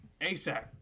ASAP